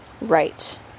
Right